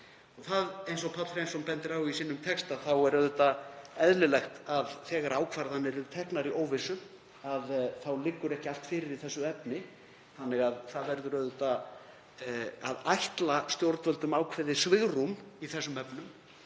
tagi. Eins og Páll Hreinsson bendir á í sínum texta er auðvitað eðlilegt að þegar ákvarðanir eru teknar í óvissu liggi ekki allt fyrir í þessu efni þannig að það verður að ætla stjórnvöldum ákveðið svigrúm í þessum efnum.